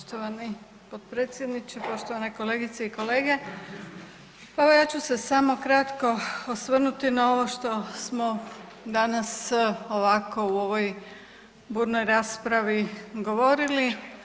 Poštovani potpredsjedniče, poštovane kolegice i kolege evo ja ću se samo kratko osvrnuti na ovo što smo danas ovako u ovoj burnoj raspravi govorili.